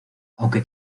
aunque